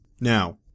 Now